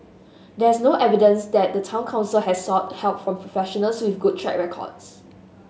there is no evidence that the Town Council has sought help from professionals with good track records